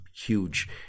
huge